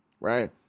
right